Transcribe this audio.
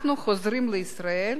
אנחנו חוזרים לישראל